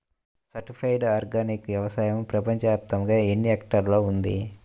Certified organic వ్యవసాయం ప్రపంచ వ్యాప్తముగా ఎన్నిహెక్టర్లలో ఉంది?